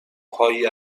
هایی